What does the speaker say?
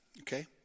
okay